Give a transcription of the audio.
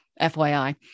FYI